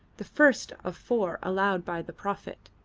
the first of four allowed by the prophet.